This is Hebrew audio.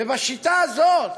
ובשיטה הזאת,